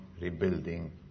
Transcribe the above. rebuilding